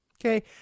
okay